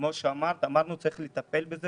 כמו שאמרת, אמרנו שצריך לטפל בזה